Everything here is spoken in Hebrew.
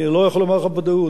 אני לא יכול לומר לך בוודאות,